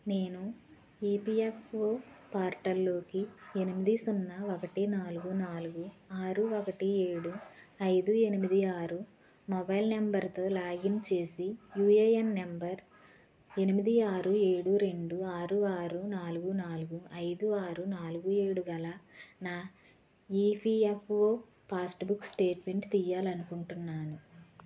నేను ఈపీఎఫ్ఓ పోర్టల్లోకి ఎనిమిది సున్నా ఒకటి నాలుగు నాలుగు ఆరు ఒకటి ఏడు ఐదు ఎనిమిది ఆరు మొబైల్ నంబరుతో లాగిన్ చేసి యూఏఎన్ నెంబర్ ఎనిమిది ఆరు ఏడు రెండు ఆరు ఆరు నాలుగు నాలుగు ఐదు ఆరు నాలుగు ఏడు గల నా ఈపీఎఫ్ఓ పాస్బుక్ స్టేట్మెంట్ తీయాలి అనుకుంటున్నాను